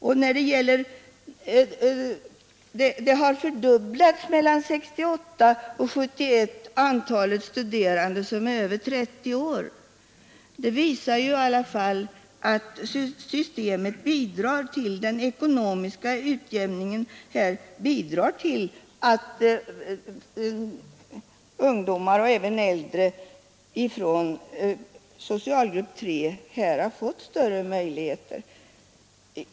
Vidare har mellan 1968 och 1971 antalet studerande som är över 30 år fördubblats. Det visar ju i alla fall att systemet bidrar till den ekonomiska utjämningen. Det har bidragit till att ungdomar och även äldre från socialgrupp 3 fått större möjligheter.